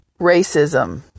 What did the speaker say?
racism